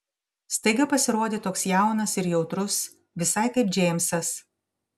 staiga pasirodė toks jaunas ir jautrus visai kaip džeimsas